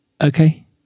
okay